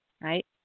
Right